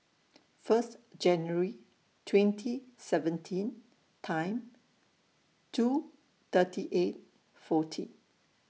First January twenty seventeen Time two thirty eight fourteen